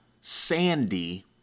Sandy